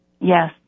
Yes